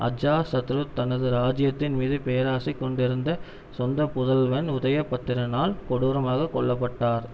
அஜாசத்ரு தனது ராஜ்ஜியத்தின் மீது பேராசை கொண்டிருந்த சொந்தப் புதல்வன் உதயபத்திரனால் கொடூரமாகக் கொல்லப்பட்டார்